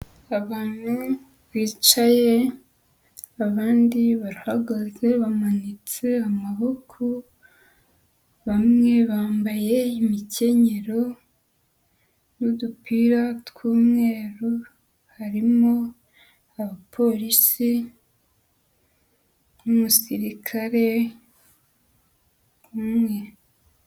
Abantu bicaye, abandi barahagaze bamanitse amaboko, bamwe bambaye imikenyero n'udupira tw'umweru, harimo abapolisi n'umusirikare umwe.